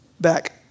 Back